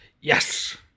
yes